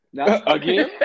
Again